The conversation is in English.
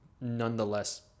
nonetheless